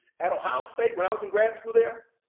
at ohio state when i was in grad school there,